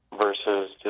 versus